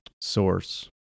source